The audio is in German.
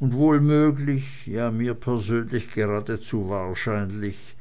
und wohl möglich ja mir persönlich geradezu wahrscheinlich